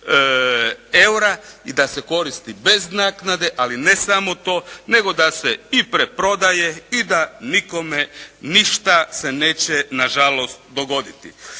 i da se koristi bez naknade. Ali ne samo to, nego da se i preprodaje i da nikome ništa se neće na žalost dogoditi.